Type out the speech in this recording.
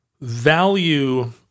value